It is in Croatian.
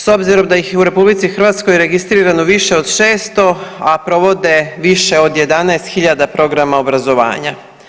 S obzirom da ih je u RH registrirano više od 600, a provode više od 11000 programa obrazovanja.